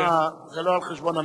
28 בעד,